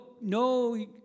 no